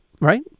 right